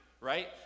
right